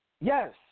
yes